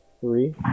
Three